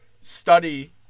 study